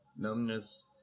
numbness